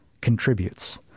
contributes